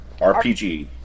RPG